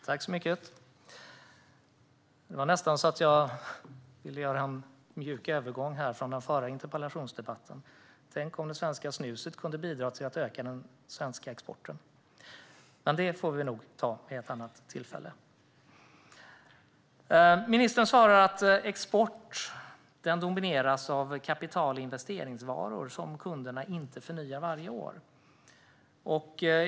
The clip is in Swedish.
Fru ålderspresident! Det var nästan så att jag ville göra en mjuk övergång från den förra interpellationsdebatten - tänk om det svenska snuset kunde bidra till att öka den svenska exporten. Men det får vi nog ta vid ett annat tillfälle. Ministern svarar att exporten domineras av kapital och investeringsvaror som kunderna inte förnyar varje år.